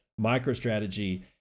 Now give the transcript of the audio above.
MicroStrategy